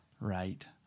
Right